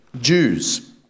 Jews